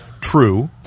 true